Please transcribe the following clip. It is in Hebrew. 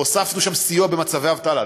והוספנו שם סיוע במצבי אבטלה.